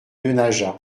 denaja